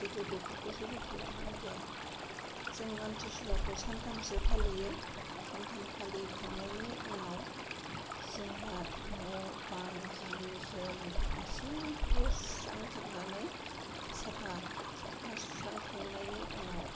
जेबो बेफोरखौ जेबो खालामनाय जाया जों आम्थिसुवाखौ सानथामसो फालियो सानथाम फालिखांनायनि उनाव जोंहा न' बां जि जोम गासिखौबो सुस्रांजोबनानै साफा साफा सुस्रांखांनायनि उनाव